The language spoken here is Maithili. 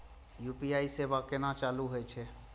यू.पी.आई सेवा केना चालू है छै?